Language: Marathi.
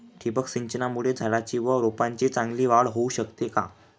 ठिबक सिंचनामुळे झाडाची व रोपांची चांगली वाढ होऊ शकते का?